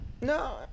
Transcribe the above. No